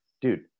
dude